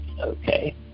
Okay